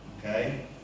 Okay